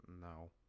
No